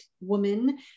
woman